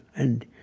and